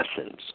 essence